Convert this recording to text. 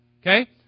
Okay